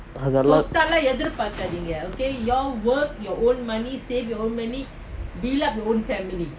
அதெல்லாம்:athellam